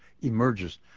emerges